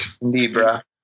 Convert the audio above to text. Libra